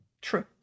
true